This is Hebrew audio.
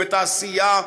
בתעשייה,